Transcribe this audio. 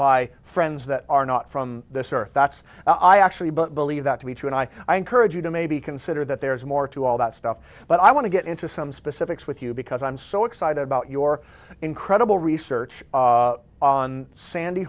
by friends that are not from this earth that's i actually but believe that to be true and i encourage you to maybe consider that there's more to all that stuff but i want to get into some specifics with you because i'm so excited about your incredible research on sandy